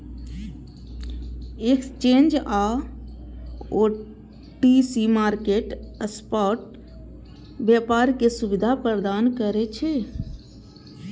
exchange आ OTC market spot व्यापार के सुविधा प्रदान करै छै